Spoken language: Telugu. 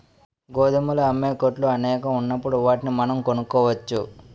గోధుమలు అమ్మే కొట్లు అనేకం ఉన్నప్పుడు వాటిని మనం కొనుక్కోవచ్చు